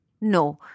no